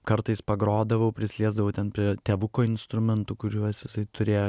kartais pagrodavau prisiliesdavau ten prie tėvuko instrumentų kuriuos jisai turėjo